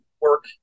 work